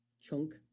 chunk